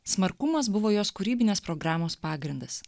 smarkumas buvo jos kūrybinės programos pagrindas